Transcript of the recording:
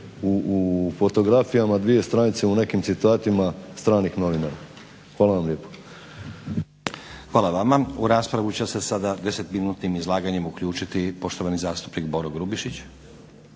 u fotografijama, 2 stranice u nekim citatima stranih novinara. Hvala vam lijepo. **Stazić, Nenad (SDP)** Hvala vama. U raspravu će se sad 10 minutnim izlaganjem uključiti poštovani zastupnik Boro Grubišić.